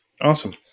Awesome